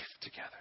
together